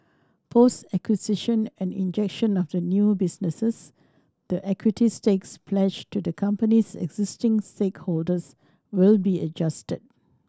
post acquisition and injection of the new businesses the equity stakes pledged to the company's existing stakeholders will be adjusted